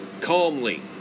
calmly